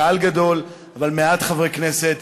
קהל גדול אבל מעט חברי כנסת.